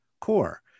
core